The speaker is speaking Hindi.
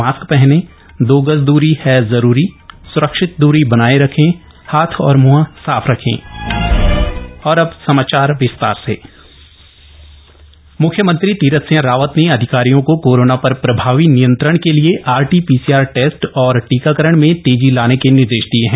मास्क पहनें दो गज दूरी है जरूरी स्रक्षित दूरी बनाये रखें हाथ और मुंह साफ रखों सीएम कोविड निर्देश मुख्यमंत्री तीरथ सिंह रावत ने अधिकारियों को कोरोना पर प्रभावी नियंत्रण के लिए आरटी पीसीआर टेस्ट और टीकाकरण में तेजी लाने के निर्देश दिये हैं